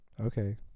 Okay